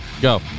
go